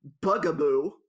Bugaboo